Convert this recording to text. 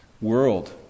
world